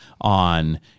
on